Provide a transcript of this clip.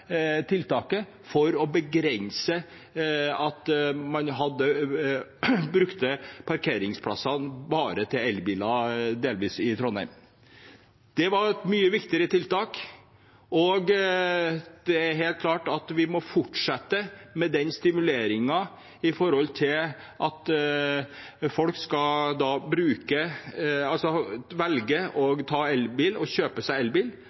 tiltaket for å begrense at man i Trondheim delvis brukte parkeringsplassene bare til elbiler. Det var et mye viktigere tiltak. Det er helt klart at vi må fortsette med den stimuleringen for at folk skal velge å ta elbil og kjøpe seg elbil.